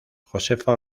josefa